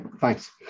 Thanks